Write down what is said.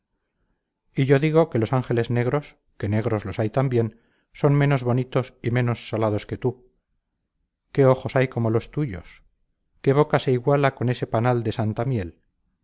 y yo digo que los ángeles negros que negros los hay también son menos bonitos y menos salados que tú qué ojos hay como los tuyos qué boca se iguala con ese panal de santa miel